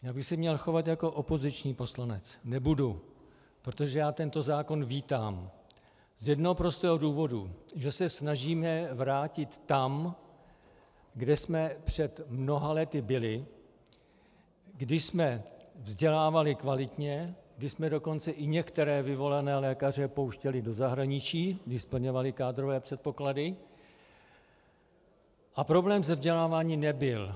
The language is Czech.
Já bych se měl chovat jako opoziční poslanec nebudu, protože já tento zákon vítám z jednoho prostého důvodu, že se snažíme vrátit tam, kde jsme před mnoha lety byli, když jsme vzdělávali kvalitně, kdy jsme dokonce i některé vyvolené lékaře pouštěli do zahraničí, když splňovali kádrové předpoklady, a problém se vzděláváním nebyl.